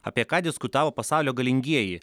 apie ką diskutavo pasaulio galingieji